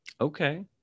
Okay